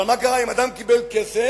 אבל מה קרה אם אדם קיבל כסף